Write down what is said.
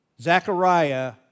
Zechariah